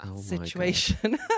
situation